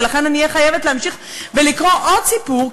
ולכן אני אהיה חייבת להמשיך ולקרוא עוד סיפור,